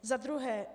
Za druhé.